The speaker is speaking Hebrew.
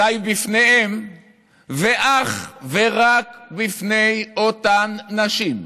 אזיי בפניהן ואך ורק בפני אותן נשים,